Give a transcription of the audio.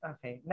Okay